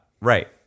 Right